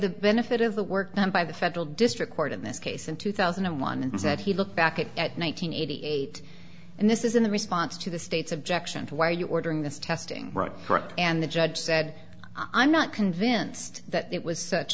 the benefit of the work done by the federal district court in this case in two thousand and one and that he looked back at one nine hundred eighty eight and this is in the response to the state's objection to why are you ordering this testing and the judge said i'm not convinced that it was such